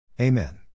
Amen